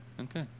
okay